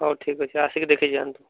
ହଉ ଠିକ୍ ଅଛି ଆସିକି ଦେଖିଯାଆନ୍ତୁ